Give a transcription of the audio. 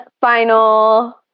final